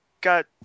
got